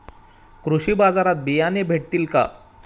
कृषी बाजारात बियाणे भेटतील का?